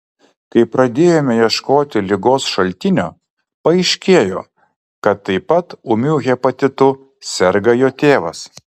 kai pradėjome ieškoti ligos šaltinio paaiškėjo kad taip pat ūmiu hepatitu serga jo tėvas